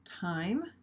time